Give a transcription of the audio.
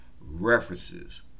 references